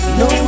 no